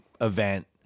event